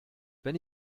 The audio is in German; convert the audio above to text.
wenn